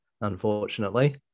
unfortunately